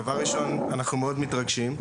דבר ראשון אנחנו מאד מתרגשים,